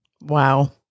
Wow